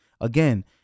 Again